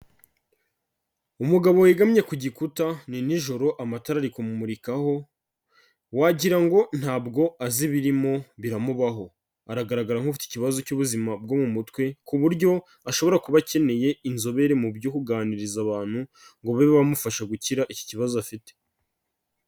Umugabo wegamye ku gikuta ni nijoro amatara ari kumumurikaho wagira ngo ntabwo azi ibirimo biramubaho, aragaragara nk'ufite ikibazo cy'ubuzima bwo mu mutwe ku buryo ashobora kuba akeneye inzobere mu byo kuganiriza abantu ngo babe bamufasha gukira iki kibazo afite.